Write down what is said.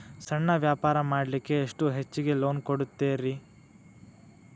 ಸಣ್ಣ ವ್ಯಾಪಾರ ಮಾಡ್ಲಿಕ್ಕೆ ಎಷ್ಟು ಹೆಚ್ಚಿಗಿ ಲೋನ್ ಕೊಡುತ್ತೇರಿ?